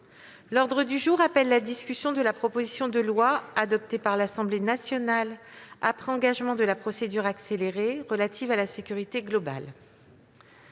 L'ordre du jour appelle la discussion de la proposition de loi, adoptée par l'Assemblée nationale après engagement de la procédure accélérée, relative à la sécurité globale